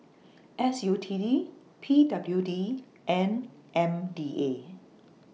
S U T D P W D and M D A